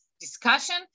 discussion